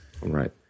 Right